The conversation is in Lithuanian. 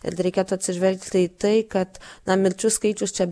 ir dar reikėtų atsižvelgti į tai kad na mirčių skaičius čia